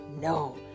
no